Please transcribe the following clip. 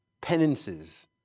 penances